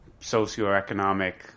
socioeconomic